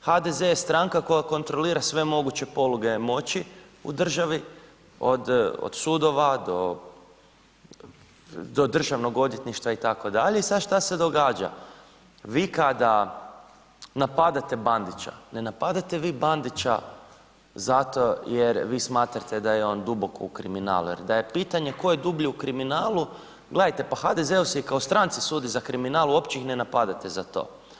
HDZ je stranka koja kontrolira sve moguće poluge moći u državi od sudova, do državnog odvjetništva itd. i sad šta se događa, vi kada napadate Bandića ne napadate vi Bandića zato je vi smatrate da je on duboko u kriminalu jer da je pitanje tko je dublje u kriminalu, gledajte pa HDZ-u se i kao stranci sudi za kriminal uopće ih ne napadate za to.